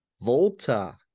Volta